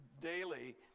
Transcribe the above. daily